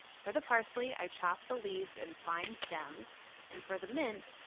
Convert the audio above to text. for the parsley, i chop the leaves and fine stems and for the mint,